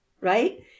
Right